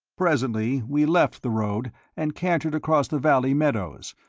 presently we left the road and cantered across the valley meadows,